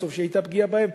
בסוף היתה פגיעה בהם,